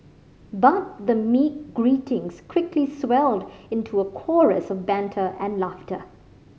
but the meek greetings quickly swelled into a chorus of banter and laughter